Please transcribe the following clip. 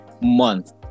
month